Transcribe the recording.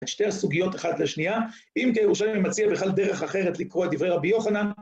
שתי הסוגיות אחת לשנייה, אם כי הירושלמי מציע בכלל דרך אחרת לקרוא את דברי רבי יוחנן.